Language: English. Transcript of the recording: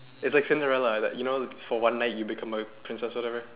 it's like Cinderella that you know for one night you become a princess or whatever